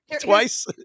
twice